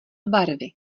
barvy